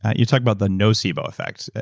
you talk about the nocebo effect.